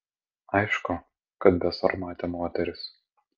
aišku kad besarmatė moteris